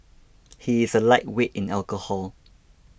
he is a lightweight in alcohol